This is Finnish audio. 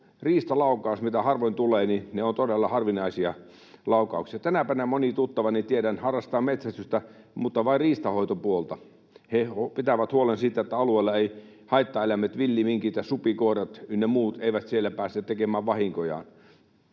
riistalaukaukset, mitä harvoin tulee, ovat todella harvinaisia laukauksia. Tänä päivänä moni tuttavani, tiedän, harrastaa metsästystä, mutta vain riistanhoitopuolta. He pitävät huolen siitä, että alueella haittaeläimet, villiminkit ja supikoirat ynnä muut, eivät pääse tekemään vahinkojaan.